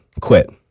quit